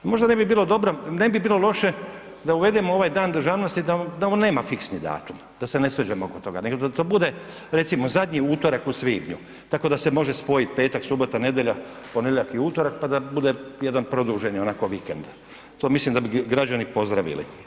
Možda ne bi bilo loše da uvedemo ovaj Dan državnosti da on nema fiksni datum, da se ne svađamo oko toga nego da to bude recimo zadnji utorak u svibnju tako da se može spojiti petak, subota, nedjelja, ponedjeljak i utorak pa da bude jedan produženi onako vikend, to mislim da bi građani pozdravili.